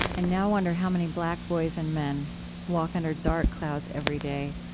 i now wonder how many black boys and men walk under dark clouds every day,